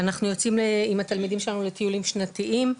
אנחנו יוצאים עם התלמידים שלנו לטיולים שנתיים,